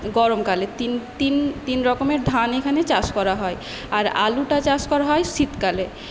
গরমকালে তিন তিন তিন রকমের ধান এখানে চাষ করা হয় আর আলুটা চাষ করা হয় শীতকালে